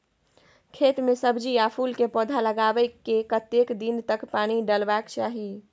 खेत मे सब्जी आ फूल के पौधा लगाबै के कतेक दिन तक पानी डालबाक चाही?